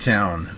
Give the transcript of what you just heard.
Town